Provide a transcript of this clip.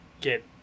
get